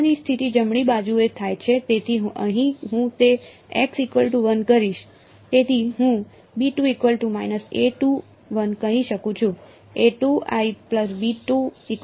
આગળની સ્થિતિ જમણી બાજુએ થાય છે તેથી અહીં હું તે કહીશ તેથી હું કહી શકું કે